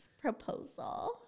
proposal